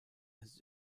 his